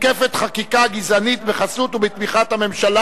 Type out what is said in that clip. מתקפת החקיקה הגזענית בחסות הממשלה ובתמיכתה,